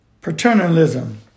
paternalism